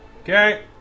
Okay